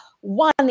one